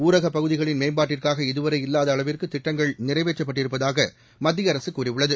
ஊரகபகுதிகளின் மேம்பாட்டற்காக இல்லாதஅளவிற்குதிட்டங்கள் இதுவரை நிறைவேற்றப்பட்டிருப்பதாகமத்தியஅரசுகூறியுள்ளது